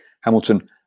Hamilton